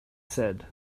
said